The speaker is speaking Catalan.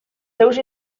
seus